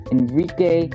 Enrique